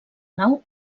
nau